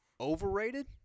overrated